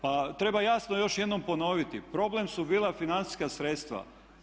Pa treba jasno još jednom ponoviti, problem su bila financijska sredstva.